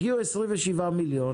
הגיעו 27 מיליון,